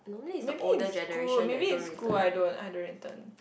maybe in school maybe in school I don't I don't return